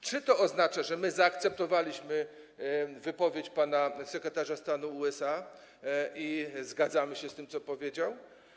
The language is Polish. Czy to oznacza, że zaakceptowaliśmy wypowiedź pana sekretarza stanu USA i zgadzamy się z tym, co powiedział?